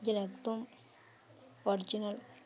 যেন একদম অরিজিনাল